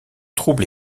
trouble